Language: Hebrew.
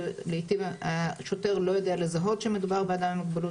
שלעיתים השוטר לא יודע לזהות שמדובר באדם עם מוגבלות.